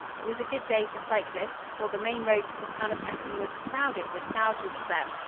it was a good day for cyclists, for the main road to the town of epping was crowded with thousands of them.